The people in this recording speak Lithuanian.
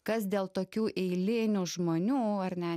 kas dėl tokių eilinių žmonių ar ne